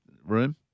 room